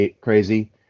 crazy